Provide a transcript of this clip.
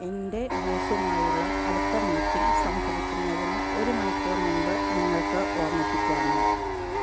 എന്റെ ബോസുമായുള്ള അടുത്ത മീറ്റിംഗ് സംഭവിക്കുന്നതിന് ഒരു മണിക്കൂർ മുമ്പ് നിങ്ങൾക്ക് ഓർമ്മിപ്പിക്കാമോ